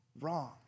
wrong